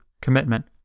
Commitment